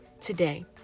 today